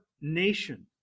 nation